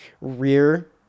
rear